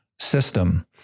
system